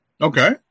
Okay